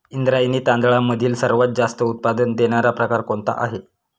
इंद्रायणी तांदळामधील सर्वात जास्त उत्पादन देणारा प्रकार कोणता आहे?